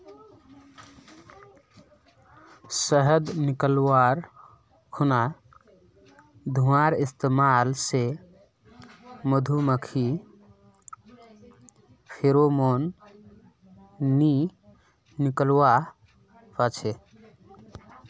शहद निकाल्वार खुना धुंआर इस्तेमाल से मधुमाखी फेरोमोन नि निक्लुआ पाछे